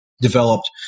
developed